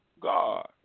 God